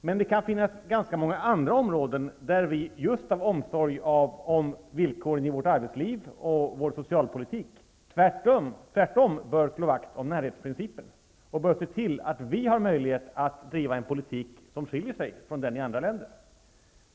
Men det kan finnas ganska många andra områden där vi just på grund av omsorgen om villkoren i vårt arbetsliv och i vår socialpolitik tvärtom bör slå vakt om närhetsprincipen och se till att vi har möjlighet att driva en politik som skiljer sig från den i andra länder.